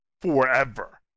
forever